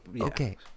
okay